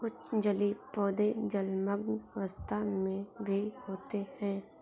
कुछ जलीय पौधे जलमग्न अवस्था में भी होते हैं